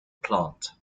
plant